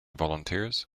volunteers